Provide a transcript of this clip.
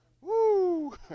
Woo